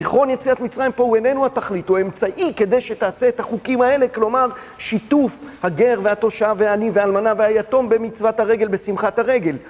זיכרון יציאת מצרים פה הוא איננו התכלית, הוא אמצעי כדי שתעשה את החוקים האלה, כלומר, שיתוף הגר והתושב והעני והאלמנה והיתום במצוות הרגל, בשמחת הרגל.